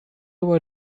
were